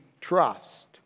trust